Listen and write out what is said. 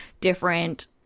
different